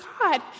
God